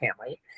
family